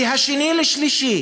והשני לשלישי.